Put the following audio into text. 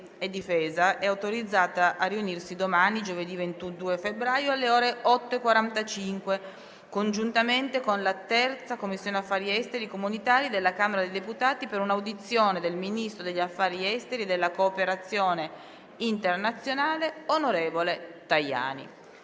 3a Commissione affari esteri e difesa è autorizzata a riunirsi domani, giovedì 22 febbraio, alle ore 8,45, congiuntamente con la III Commissione affari esteri e comunitari della Camera dei deputati, per un'audizione del ministro degli affari esteri e della cooperazione internazionale, onorevole Tajani.